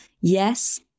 Yes